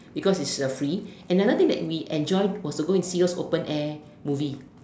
because it's uh free another thing that we enjoy was to go and see those open air movie